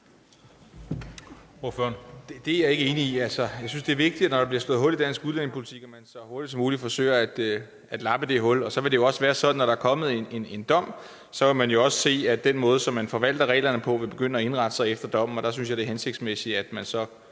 Det er jeg ikke enig i. Jeg synes, det er vigtigt, at man, når der bliver slået hul i dansk udlændingepolitik, så hurtigt som muligt forsøger at lappe det hul. Det vil også være sådan, at når der er kommet en dom, vil man jo også se, at den måde, reglerne forvaltes på, vil begynde at indrette sig efter dommen. Der synes jeg at det er hensigtsmæssigt, at man så